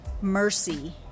mercy